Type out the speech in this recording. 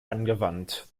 angewandt